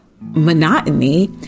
monotony